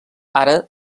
ara